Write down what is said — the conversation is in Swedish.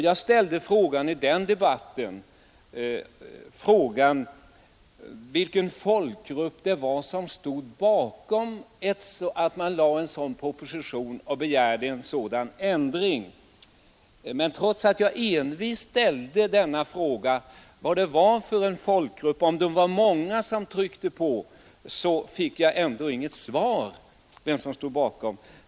Jag ställde frågan i den debatten vilken folkgrupp det var som stod bakom att regeringen lade en proposition och begärde en sådan ändring. Men trots att jag envist uppehöll mig vid frågan vad det var för folkgrupp, om det var många som tryckte på, fick jag inget besked om vem som stod bakom.